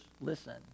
listen